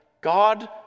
God